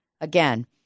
again